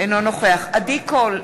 אינו נוכח עדי קול,